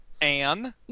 Anne